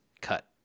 cut